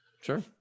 Sure